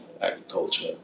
agriculture